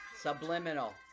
Subliminal